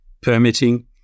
permitting